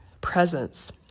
presence